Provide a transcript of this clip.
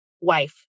wife